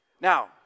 Now